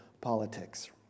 politics